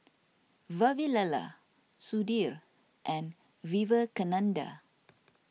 Vavilala Sudhir and Vivekananda